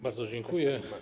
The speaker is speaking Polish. Bardzo dziękuję.